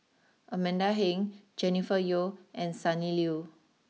Amanda Heng Jennifer Yeo and Sonny Liew